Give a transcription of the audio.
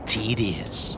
Tedious